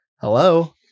Hello